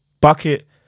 bucket